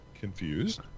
Confused